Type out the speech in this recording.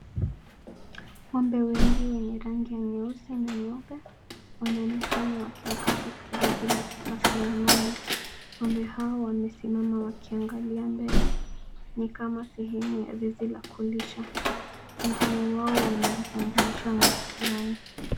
Ng'ombe wengi wenye rangi nyeusi na nyeupe, wanaonekana wakiwa katika zizi la kisasa la ng'ombe.Ng'ombe hao wamesimama wakiangalia mbele ni kama sehemu ya zizi la kulisha. Wengine wao wana vitambulisho masikioni.